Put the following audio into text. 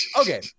Okay